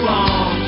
on